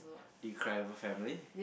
did you cry over family